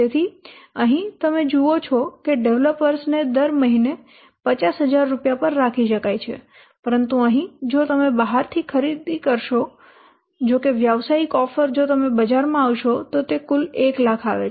તેથી અહીં તમે જુઓ છો કે ડેવલપર્સ ને દર મહિને 50000 રૂપિયા પર રાખી શકાય છે પરંતુ અહીં જો તમે બહારથી ખરીદી કરશો જો કે વ્યવસાયિક ઓફર જો તમે બજારમાં આવશો તો તે કુલ 1 લાખ આવે છે